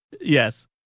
Yes